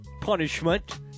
punishment